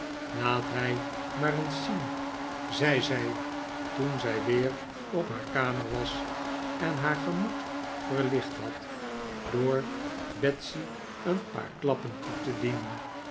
laat hij maar eens zien zei zij toen zij weer op haar kamer was en haar gemoed verlicht had door betsy een paar klappen toe te dienen